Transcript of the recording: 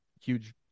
huge